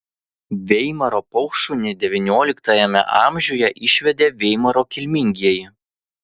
veimaro paukštšunį devynioliktajame amžiuje išvedė veimaro kilmingieji